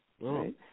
right